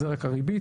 זה רק הריבית.